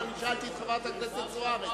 אבל אני שאלתי את חברת הכנסת זוארץ.